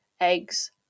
eggs